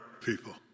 people